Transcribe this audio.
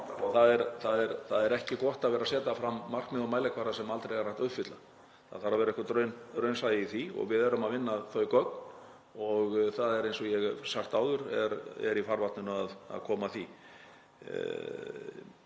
Það er ekki gott að vera að setja fram markmið og mælikvarða sem aldrei er hægt að uppfylla. Það þarf að vera eitthvert raunsæi í því og við erum að vinna þau gögn og það er, eins og ég hef sagt áður, í farvatninu að koma að því.